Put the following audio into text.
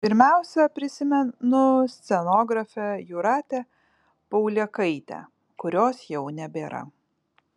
pirmiausia prisimenu scenografę jūratę paulėkaitę kurios jau nebėra